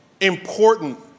important